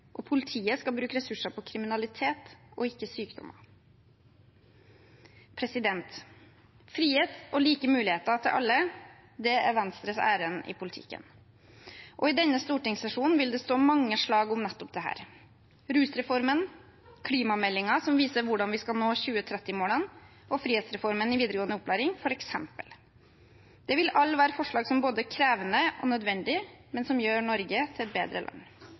og politiet skal bruke ressurser på kriminalitet og ikke på sykdom. Frihet og like muligheter til alle er Venstres ærend i politikken. I denne stortingssesjonen vil det stå mange slag om nettopp dette: rusreformen, klimameldingen – som viser hvordan vi skal nå 2030-målene – og frihetsreformen i videregående opplæring, f.eks. De vil alle være forslag som er både krevende og nødvendige, men som gjør Norge til et bedre land.